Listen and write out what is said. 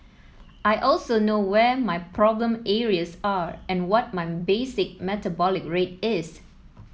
I also know where my problem areas are and what my basic metabolic rate is